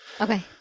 Okay